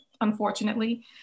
unfortunately